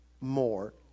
more